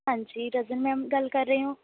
ਹਾਂਜੀ ਰਜਨ ਮੈਮ ਗੱਲ ਕਰ ਰਹੇ ਹੋ